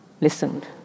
listened